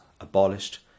abolished